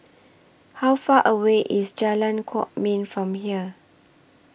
How Far away IS Jalan Kwok Min from here